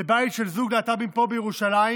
לבית של זוג להט"בים פה בירושלים,